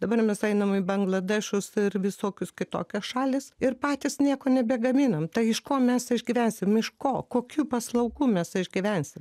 dabar mes einam į bangladešus ir visokius kitokias šalis ir patys nieko nebegaminam tai iš ko mes išgyvensim iš ko kokių paslaugų mes išgyvensim